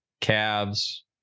calves